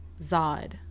Zod